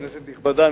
כנסת נכבדה,